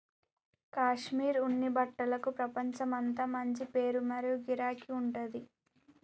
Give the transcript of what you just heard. కాశ్మీర్ ఉన్ని బట్టలకు ప్రపంచమంతా మంచి పేరు మరియు గిరాకీ ఉంటది